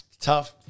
Tough